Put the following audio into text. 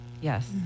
Yes